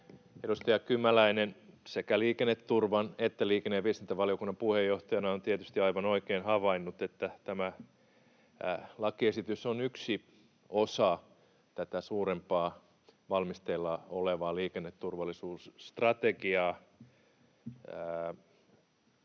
Edustaja Kymäläinen sekä Liikenneturvan että liikenne- ja viestintävaliokunnan puheenjohtajana on tietysti aivan oikein havainnut, että tämä lakiesitys on yksi osa tätä suurempaa valmisteilla olevaa liikenneturvallisuusstrategiaa.